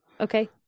okay